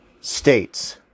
states